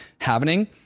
happening